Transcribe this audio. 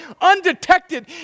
undetected